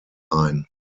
ein